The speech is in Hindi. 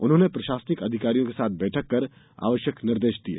उन्होंने प्रशासनिक अधिकारियों के साथ बैठक कर आवश्यक निर्देश दिये